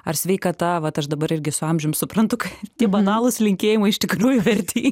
ar sveikata vat aš dabar irgi su amžium suprantu ką tie banalūs linkėjimai iš tikrųjų verti